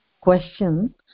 question